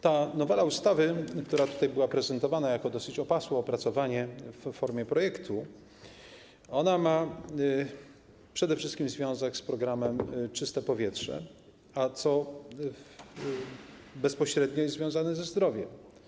Ta nowela ustawy, która była prezentowana jako dosyć opasłe opracowanie w formie projektu, ma przede wszystkim związek z programem ˝Czyste powietrze˝, co bezpośrednio jest związane ze zdrowiem.